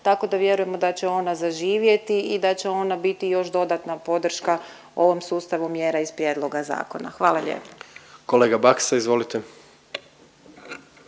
tako da vjerujemo da će ona zaživjeti i da će ona biti još dodatna podrška ovom sustavu mjera iz prijedloga zakona. Hvala lijepo. **Jandroković,